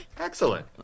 excellent